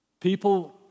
People